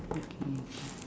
okay